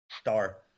Star